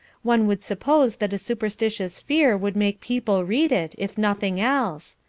one would suppose that a superstitious fear would make people read it, if nothing else.